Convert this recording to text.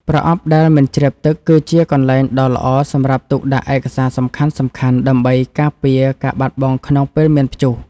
ប្រអប់ដែលមិនជ្រាបទឹក គឺជាកន្លែងដ៏ល្អសម្រាប់ទុកដាក់ឯកសារសំខាន់ៗដើម្បីការពារការបាត់បង់ក្នុងពេលមានព្យុះ។